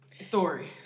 story